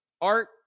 Art